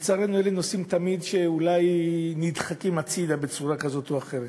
ולצערנו אלה נושאים שתמיד אולי נדחקים הצדה בצורה כזאת או אחרת.